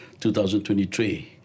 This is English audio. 2023